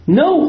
no